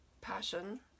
passion